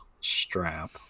strap